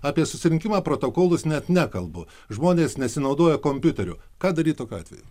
apie susirinkimą protokolus net nekalbu žmonės nesinaudoja kompiuteriu ką daryt tokiu atveju